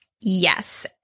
Yes